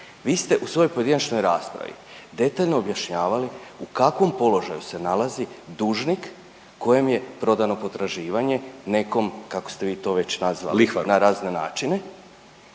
vi ste u svojoj pojedinačnoj raspravi detaljno objašnjavali u kakvom položaju se nalazi dužnik kojem je prodano potraživanje nekom kako ste vi to već nazvali …/Upadica